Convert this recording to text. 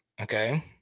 Okay